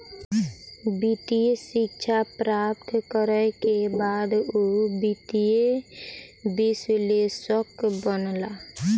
वित्तीय शिक्षा प्राप्त करै के बाद ओ वित्तीय विश्लेषक बनला